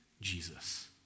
Jesus